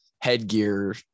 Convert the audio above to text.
headgear